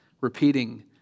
repeating